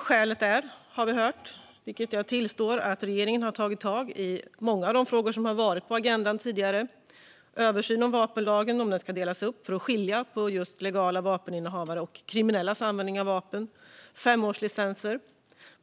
Skälet är, som vi har hört och som jag tillstår, att regeringen har tagit tag i många av de frågor som har varit på agendan tidigare. Det handlar om en översyn av vapenlagen för att skilja mellan legala vapeninnehavare och kriminellas användning av vapen. Det handlar om femårslicenser.